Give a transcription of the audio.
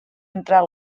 entrat